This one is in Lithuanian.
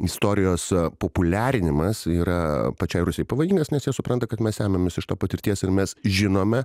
istorijos populiarinimas yra pačiai rusijai pavojingas nes jie supranta kad mes emiamės iš to patirties ir mes žinome